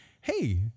hey